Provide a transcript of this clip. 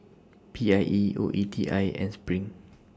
P I E O E T I and SPRING